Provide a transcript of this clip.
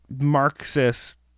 Marxist